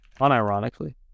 Unironically